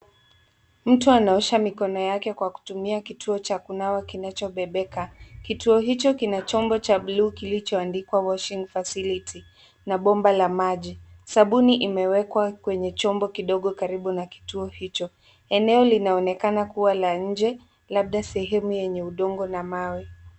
Mtu anaosha mikono yake kwa kutumia kituo cha kunawa kinachobebeka. Kituo hicho kina chombo cha buluu kilichoandikwa washing facility na bomba la maji. Sabuni imewekwa kwenye chombo kidogo karibu na kituo hicho. Eneo linaonekana kuwa la nje labda sehemu yenye udongo na mawe.